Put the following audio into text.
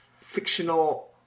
fictional